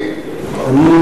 לא יעלה כי לא יהיה.